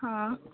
હા